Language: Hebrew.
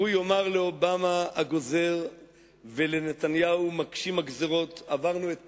והוא יאמר לאובמה הגוזר ולנתניהו מגשים הגזירות: עברנו את פרעה,